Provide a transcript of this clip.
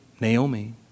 Naomi